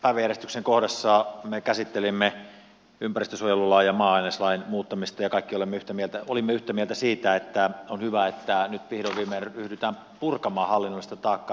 edellisessä päiväjärjestyksen kohdassa me käsittelimme ympäristönsuojelu ja maa aineslain muuttamista ja kaikki olimme yhtä mieltä siitä että on hyvä että nyt vihdoin viimein ryhdytään purkamaan hallinnollista taakkaa ja byrokratiaa